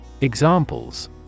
Examples